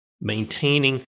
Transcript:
maintaining